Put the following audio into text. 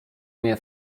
mnie